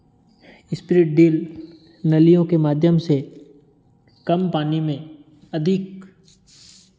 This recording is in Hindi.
इस्पिरिट डील नलियों के माध्यम से कम पानी में अधिक